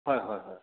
হয় হয় হয়